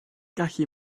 gallu